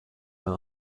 mehr